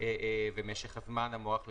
ומשך הזמן המוערך לטיפול,